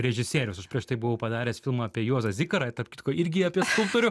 režisierius aš prieš tai buvau padaręs filmą apie juozą zikarą ir tarp kitko irgi apie skulptorių